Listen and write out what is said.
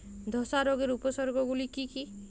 ধসা রোগের উপসর্গগুলি কি কি?